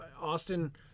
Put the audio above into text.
Austin